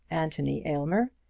anthony aylmer,